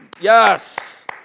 yes